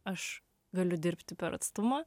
aš galiu dirbti per atstumą